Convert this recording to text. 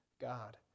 God